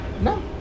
No